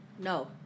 No